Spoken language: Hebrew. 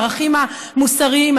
הערכים המוסריים,